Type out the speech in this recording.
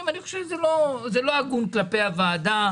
כי זה דירות שנקנו בגלל המהלך שלך.